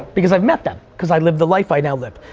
because i've met them, cause i lived the live i now live.